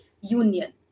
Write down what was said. union